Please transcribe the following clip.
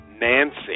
Nancy